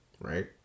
right